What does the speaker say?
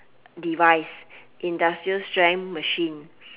device industrial strength machine